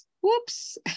Whoops